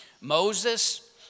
Moses